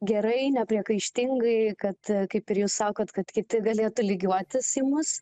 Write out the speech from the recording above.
gerai nepriekaištingai kad kaip ir jūs sakot kad kiti galėtų lygiuotis į mus